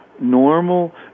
Normal